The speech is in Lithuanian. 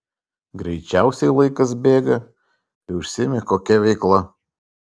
greičiausiai laikas bėga kai užsiimi kokia veikla